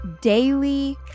daily